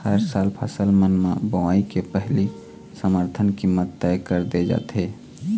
हर साल फसल मन के बोवई के पहिली समरथन कीमत तय कर दे जाथे